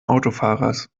autofahrers